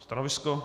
Stanovisko?